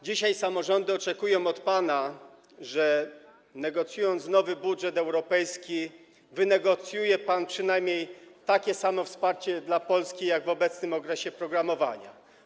Dzisiaj samorządy oczekują od pana, że negocjując nowy budżet europejski, wynegocjuje pan przynajmniej takie samo wsparcie dla Polski, jak w obecnym okresie programowania.